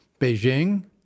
Beijing